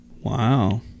Wow